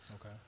Okay